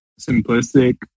simplistic